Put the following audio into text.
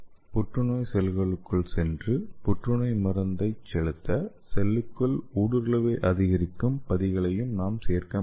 புற்றுநோய் செல்களுக்குள் சென்று புற்றுநோய் மருந்தை செலுத்த செல்லுக்குள் ஊடுருவலைஅதிகரிக்கும் பகுதிகளையும் நாம் சேர்க்க முடியும்